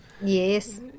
Yes